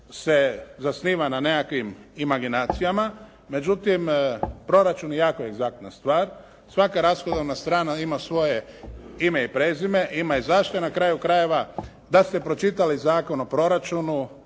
se zasniva na nekakvim imaginacijama. Međutim, proračun je jako egzaktna stvar. Svaka rashodovna strana ima svoje ime i prezime. Ima i zašto i na kraju krajeva da ste pročitali Zakon o proračunu